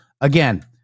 again